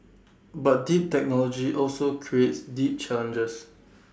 but deep technology also creates deep challenges